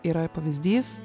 yra pavyzdys